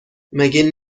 مگه